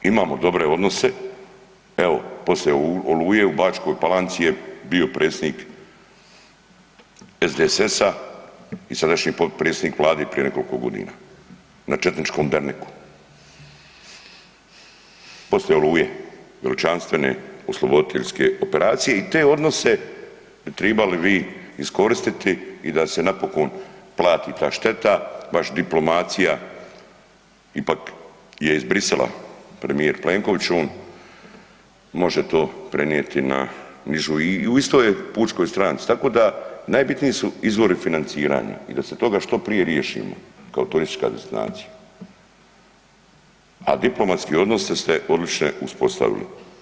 Imamo dobre odnose evo posle Oluje u Bačkoj Palanci je bio predsjednik SDSS-a i sadašnji potpredsjednik Vlade i prije nekoliko godina na četničkom derneku, poslije Oluje, veličanstvene osloboditeljske operacije i te odnose tribali bi vi iskoristiti i da se napokon plati ta šteta, baš diplomacija ipak je premijer izbrisala, premijer Plenković on može to prenijeti na nižu i u istoj je Pučkoj stranci, tako da najbitniji su izvori financiranja i da se toga što prije riješimo kao turistička destinacija, a diplomatske odnose ste odlične uspostavili.